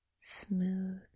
Smooth